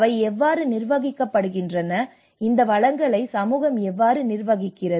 அவை எவ்வாறு நிர்வகிக்கப்படுகின்றன இந்த வளங்களை சமூகம் எவ்வாறு நிர்வகிக்கிறது